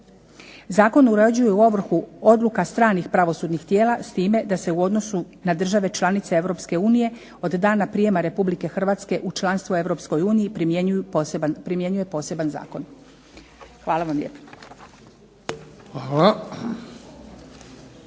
Zakonom uređuje ovrhu odluka stranih pravosudnih tijela s time da se u odnosu na države članice Europske unije od dana prijema Republike Hrvatske u članstvo u Europskoj uniji primjenjuje poseban zakon. Hvala vam lijepa.